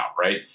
right